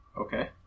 Okay